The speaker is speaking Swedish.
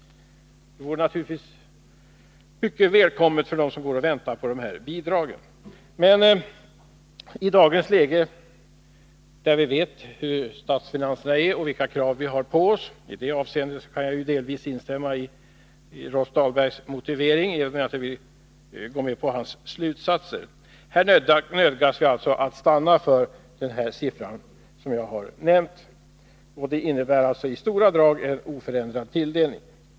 Det vore naturligtvis mycket välkommet för dem som går och väntar på bidragen. Men vi vet hur statsfinanserna är i dagens läge och vilka krav som ställs på oss. I det avseendet kan jag delvis instämma i Rolf Dahlbergs motivering, även om jag inte vill gå med på hans slutsatser. Vi nödgas alltså stanna vid den siffra som jag har nämnt, och det innebär i stora drag en oförändrad tilldelning.